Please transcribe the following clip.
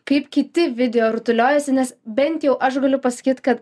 kaip kiti video rutuliojosi nes bent jau aš galiu pasakyt kad